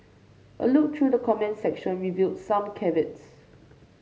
a look through the comments section revealed some caveats